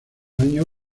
año